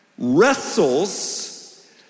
wrestles